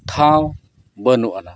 ᱴᱷᱟᱶ ᱵᱟᱹᱱᱩᱜ ᱟᱱᱟ